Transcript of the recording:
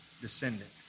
descendant